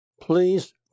please